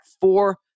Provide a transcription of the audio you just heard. four